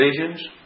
visions